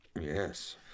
Yes